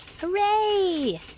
Hooray